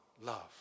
love